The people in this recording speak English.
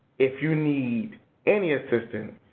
if you need any assistance,